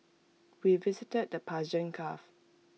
we visited the Persian gulf